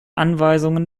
anweisungen